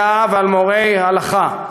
על מוליכי דעה ועל מורי ההלכה,